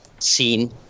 seen